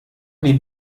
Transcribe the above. die